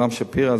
אברהם שפירא,